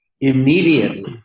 immediately